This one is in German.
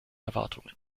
erwartungen